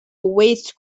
waste